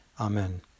Amen